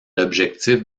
l’objectif